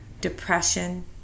depression